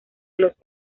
los